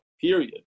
period